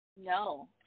No